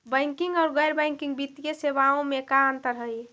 Banking और गैर banking वित्तीय सेवाओं में का अंतर हइ?